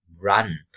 run